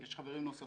יש חברים נוספים